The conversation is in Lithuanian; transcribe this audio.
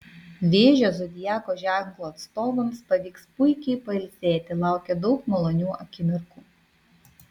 vėžio zodiako ženklo atstovams pavyks puikiai pailsėti laukia daug malonių akimirkų